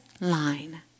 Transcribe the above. line